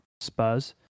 Spurs